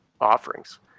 offerings